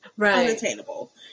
unattainable